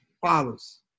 follows